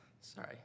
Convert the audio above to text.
sorry